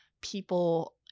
people